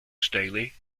staley